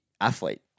athlete